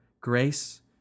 grace